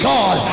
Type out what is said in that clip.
God